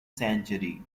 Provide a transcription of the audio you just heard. century